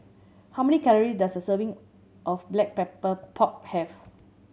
how many calory does a serving of Black Pepper Pork have